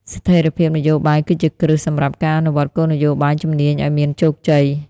ស្ថិរភាពនយោបាយគឺជាគ្រឹះសម្រាប់ការអនុវត្តគោលនយោបាយជំនាញឱ្យមានជោគជ័យ។